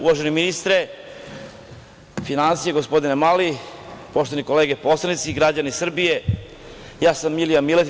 Uvaženi ministre finansija gospodine Mali, poštovane kolege poslanici, građani Srbije, ja sam Milija Miletić.